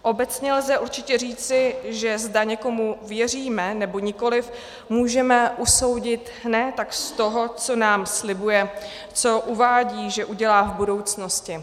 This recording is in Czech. Obecně lze určitě říci, že zda někomu věříme, nebo nikoliv, můžeme usoudit ne tak z toho, co nám slibuje, co uvádí, že udělá v budoucnosti.